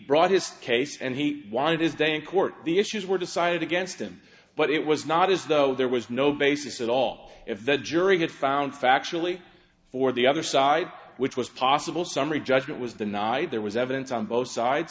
brought his case and he wanted his day in court the issues were decided against him but it was not as though there was no basis at all if the jury had found factually for the other side which was possible summary judgment was the night there was evidence on both sides